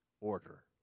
order